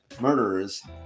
murderers